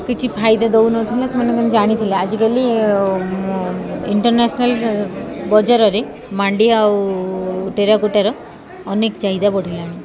କିଛି ଫାଇଦା ଦେଉନଥିଲା ସେମାନେ କିନ୍ତୁ ଜାଣିଥିଲେ ଆଜିକାଲି ଇଣ୍ଟର୍ନେସ୍ନାଲ୍ ବଜାରରେ ମାଣ୍ଡିଆ ଆଉ ଟେରାକୋଟାର ଅନେକ ଚାହିଦା ବଢ଼ିଲାଣି